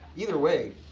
either way,